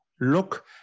look